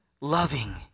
loving